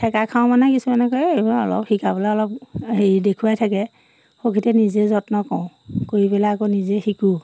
থেকা খাওঁ মানে কিছুমানে কয় এইবোৰ অলপ শিকাবলৈ অলপ হেৰি দেখুৱাই থাকে সকিতে নিজেই যত্ন কৰো কৰি পেলাই আকৌ নিজে শিকোঁ